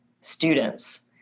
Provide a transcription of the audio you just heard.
students